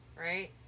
Right